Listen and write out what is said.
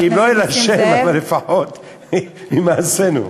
אם לא אל השם, לפחות עם מעשינו.